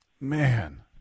Man